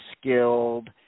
skilled